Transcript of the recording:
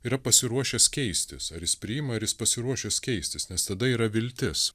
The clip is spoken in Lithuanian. yra pasiruošęs keistis ar jis priima ar jis pasiruošęs keistis nes tada yra viltis